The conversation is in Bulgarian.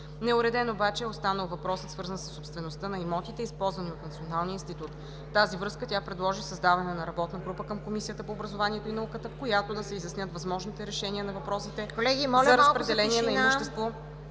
Неуреден обаче е останал въпросът, свързан със собствеността на имотите, използвани от Националния институт по метеорология и хидрология. В тази връзка тя предложи създаване на работна група към Комисията по образованието и науката, в която да се изяснят възможните решения на въпросите за разпределение на имущество